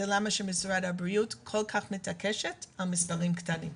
זו הסיבה שמשרד הבריאות מתעקש על מספרים קטנים.